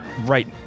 right